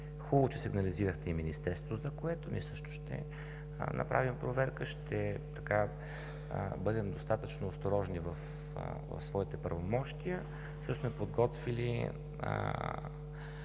Хубаво е, че сигнализирахте и Министерството, за което ние също ще направим проверка, ще бъдем достатъчно осторожни в своите правомощия. Всъщност сме подготвили